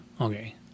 okay